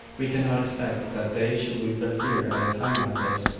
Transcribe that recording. we cannot expect that they should lose their fear at a time like this.